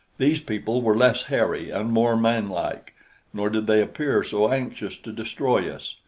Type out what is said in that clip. these people were less hairy and more man-like nor did they appear so anxious to destroy us.